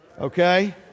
Okay